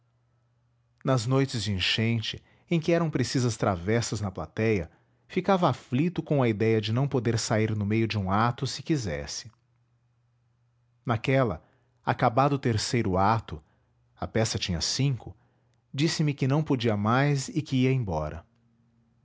nas noites de enchente em que eram precisas travessas na platéia ficava aflito com a idéia de não poder sair no meio de um ato se quisesse naquela acabado o terceiro ato a peça tinha cinco disse-me que não podia mais e que ia embora